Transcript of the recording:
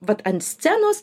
vat ant scenos